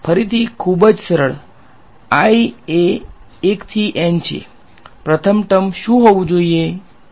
ફરીથી ખૂબ જ સરળ i એ 1 થી N છે પ્રથમ ટર્મ શું હોવું જોઈએ